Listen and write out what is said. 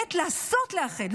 באמת לעשות ולאחד.